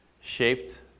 shaped